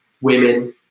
women